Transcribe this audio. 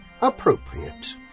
appropriate